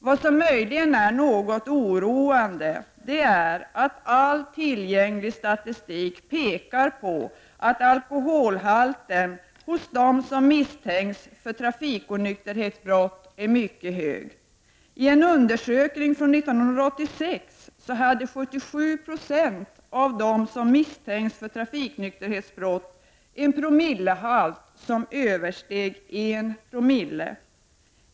Vad som möjligen är något oroande är att all tillgänglig statistik pekar på att alkoholhalten hos dem som misstänks för trafiknykterhetsbrott är mycket hög. I en undersökning från 1986 hade 77 Jo av dem som misstänktes för trafiknykterhetsbrott en promillehalt som översteg 1 co.